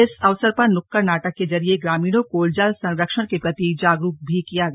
इस अवसर पर नुक्कड़ नाटक के जरिए ग्रामीणों को जल संरक्षण के प्रति जागरूक भी किया गया